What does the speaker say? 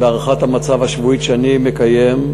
בהערכת המצב השבועית שאני מקיים,